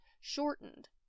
shortened